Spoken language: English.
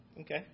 Okay